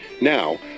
Now